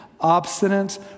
obstinate